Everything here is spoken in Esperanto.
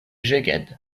szeged